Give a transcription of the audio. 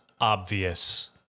obvious